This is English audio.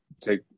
take